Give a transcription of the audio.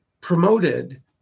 promoted